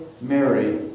Mary